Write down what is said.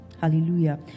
Hallelujah